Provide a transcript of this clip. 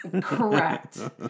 correct